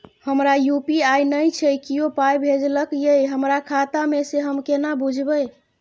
हमरा यू.पी.आई नय छै कियो पाय भेजलक यै हमरा खाता मे से हम केना बुझबै?